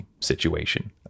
situation